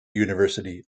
university